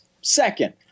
second